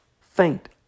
faint